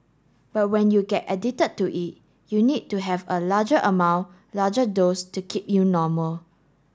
but when you get addicted to it you need to have a larger amount larger dose to keep you normal